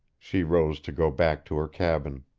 she rose to go back to her cabin.